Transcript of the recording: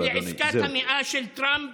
-- ולעסקת המאה של טראמפ